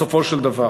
בסופו של דבר.